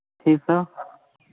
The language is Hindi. छः सौ